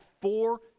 four